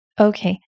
Okay